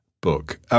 book –